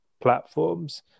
platforms